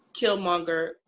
Killmonger